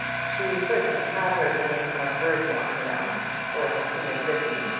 she certainly had heard the name of berdmore pronounced, or had seen it written,